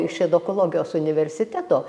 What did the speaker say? iš edukologijos universiteto